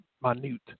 minute